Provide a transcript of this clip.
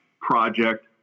project